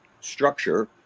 structure